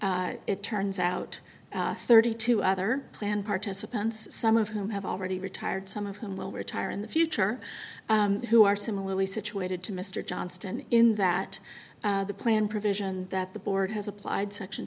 are it turns out thirty two other plan participants some of whom have already retired some of whom will retire in the future who are similarly situated to mr johnston in that the plan provision that the board has applied section